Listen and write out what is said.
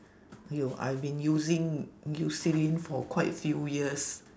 !aiyo! I've been using eucerin for quite a few years